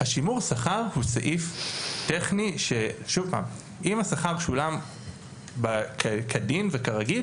שימור השכר הוא סעיף טכני ואם השכר שולם כדין וכרגיל